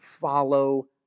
follow